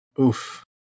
Oof